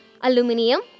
aluminium